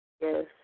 Yes